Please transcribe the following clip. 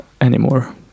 Anymore